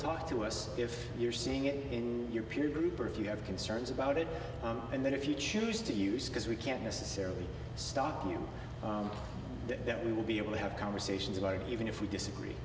talk to us if you're seeing it in your peer group or if you have concerns about it and then if you choose to use because we can't necessarily stop here that we will be able to have conversations about it even if we disagree